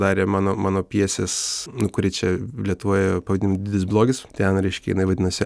darė mano mano pjesės kuri čia lietuvoje pagrindinis blogis ten reiškia jinai vadinasi